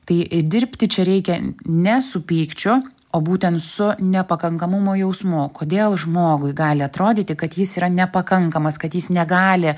tai dirbti čia reikia ne su pykčiu o būtent su nepakankamumo jausmu kodėl žmogui gali atrodyti kad jis yra nepakankamas kad jis negali